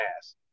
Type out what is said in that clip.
ass